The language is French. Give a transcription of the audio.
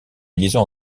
liaison